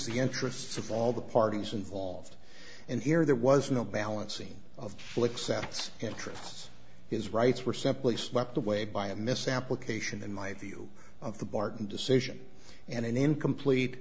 the interests of all the parties involved and here there was no balancing of full excess interests his rights were simply swept away by a misapplication in my view of the barton decision and an incomplete